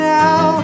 now